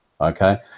Okay